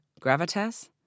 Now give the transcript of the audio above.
gravitas